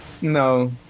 No